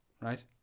right